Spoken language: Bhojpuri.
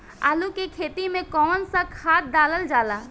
आलू के खेती में कवन सा खाद डालल जाला?